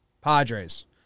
Padres